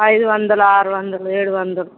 ఐదువందలు ఆరువందలు ఏడువందలు